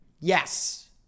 Yes